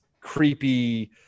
creepy